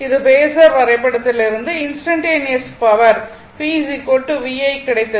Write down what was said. இது பேஸர் வரைபடத்திலிருந்து instantaneous power p v i கிடைத்தது